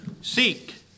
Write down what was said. seek